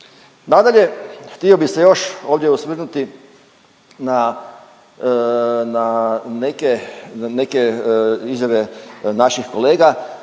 Nadalje, htio bih se još ovdje osvrnuti na neke izjave naših kolega